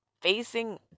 facing